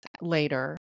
later